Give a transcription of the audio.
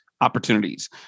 opportunities